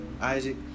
Isaac